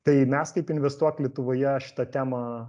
tai mes kaip investuok lietuvoje šitą temą